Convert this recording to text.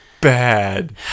bad